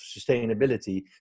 sustainability